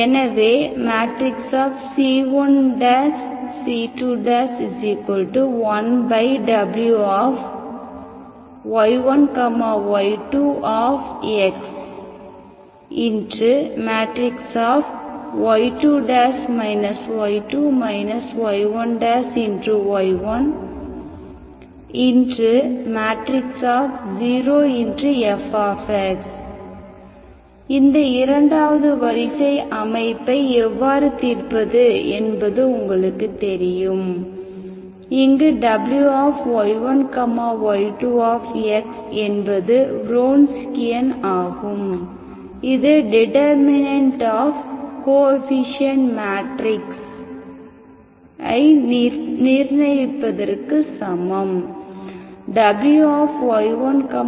எனவே c1 c2 1Wy1 y2y2 y2 y1 y1 0 f இந்த இரண்டாவது வரிசை அமைப்பை எவ்வாறு தீர்ப்பது என்பது உங்களுக்குத் தெரியும் இங்கு Wy1 y2 என்பது வ்ரான்ஸ்கியின் ஆகும் இது டிடெர்மினென்ட் ஆப் கோஎஃபீஷியேன்ட் மேட்ரிக்ஸ் ஐ நிர்ணயிப்பதற்கு சமம் Wy1 y2xy1